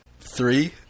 Three